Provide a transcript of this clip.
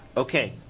okay.